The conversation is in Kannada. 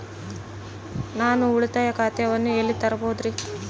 ನಾನು ಉಳಿತಾಯ ಖಾತೆಯನ್ನು ಎಲ್ಲಿ ತೆರೆಯಬಹುದು?